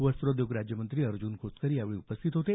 वस्त्रोद्योग राज्यमंत्री अर्जुन खोतकर यावेळी उपस्थित होते